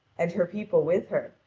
and her people with her,